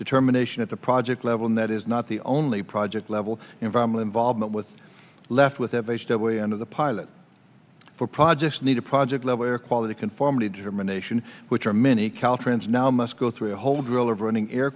determination at the project level and that is not the only project level environment involvement with left with a way under the pilot for projects need a project level air quality conformity determination which are many caltrans now must go through a hole drilled of running air